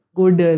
good